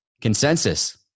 Consensus